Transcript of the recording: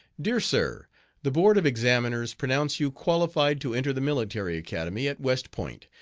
dear sir the board of examiners pronounce you qualified to enter the military academy at west point.